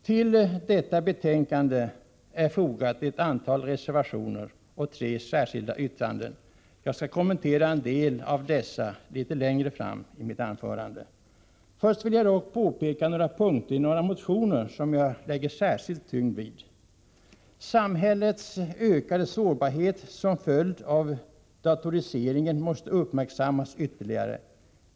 Till betänkandet 9 är fogat ett antal reservationer och tre särskilda yttranden. Jag skall kommentera en del av dessa litet längre fram i mitt anförande. Först vill jag dock peka på vissa punkter i några motioner som jag lägger särskild tonvikt på. Samhällets ökade sårbarhet till följd av datoriseringen måste uppmärksammas ytterligare.